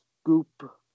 scoop